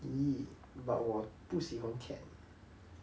!ee! but 我不喜欢 cat